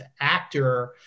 Actor